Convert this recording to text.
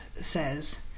says